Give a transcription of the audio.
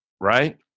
right